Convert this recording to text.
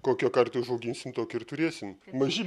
kokią kartą užauginsim tokią ir turėsim maži